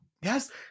Yes